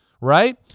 right